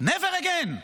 Never again,